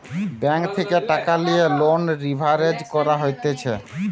bank থেকে টাকা লিয়ে লোন লিভারেজ করা হতিছে